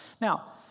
Now